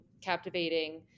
captivating